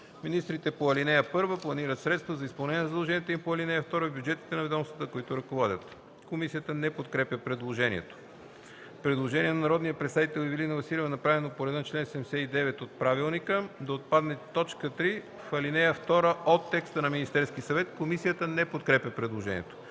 Министрите по ал. 1 планират средства за изпълнение на задълженията им по ал. 2 в бюджетите на ведомствата, които ръководят.” Комисията не подкрепя предложението. Предложение на народния представител Ивелина Василева, направено по реда на чл.79, ал. 4, т. 2 от ПОДНС – да отпадне т. 3 в ал. 2 от текста на Министерски съвет. Комисията не подкрепя предложението.